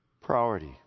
priority